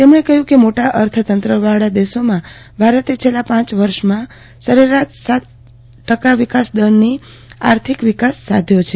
તેમજ્ઞે કહ્યું કે મોટા અર્થતંત્ર વાળા દેશોમાં ભારતે છેલ્લા પાંચ વર્ષમાં સરેરાશ સાત ટકા વિકાસદરથી આર્થિક વિકાસ સાધ્યો છે